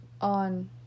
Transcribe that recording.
On